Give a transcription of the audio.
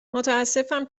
متاسفم